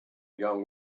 young